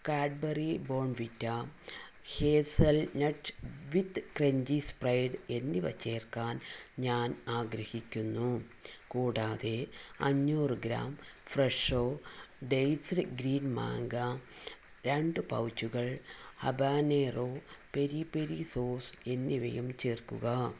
Cadbury Bournvita hazelnut with crunchy spread എന്നിവ ചേർക്കാൻ ഞാൻ ആഗ്രഹിക്കുന്നു കൂടാതെ അഞ്ഞൂറ് ഗ്രാം ഫ്രഷോ ഡൈസ്ഡ് ഗ്രീൻ മാങ്ങ രണ്ട് പൗച്ചുകൾ അബനീറോ പെരി പെരി സോസ് എന്നിവയും ചേർക്കുക